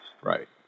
Right